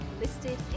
listed